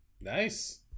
nice